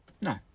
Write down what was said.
No